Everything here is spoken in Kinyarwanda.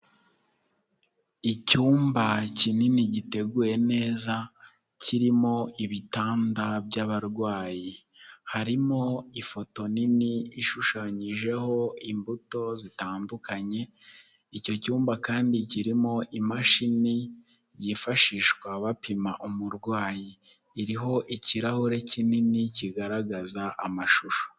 Icyumba kinini, giteguye neza, kirimo ibitanda by'abarwayi, harimo ifoto nini ishushanyijeho imbuto zitandukanye, icyo cyumba kandi kirimo imashini yifashishwa bapima umurwayi, iriho ikirahure kinini kigaragaza amashusho.